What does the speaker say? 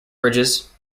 bridges